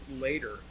later